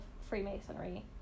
freemasonry